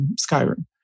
Skyrim